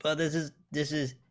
others is this is